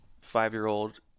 five-year-old